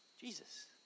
Jesus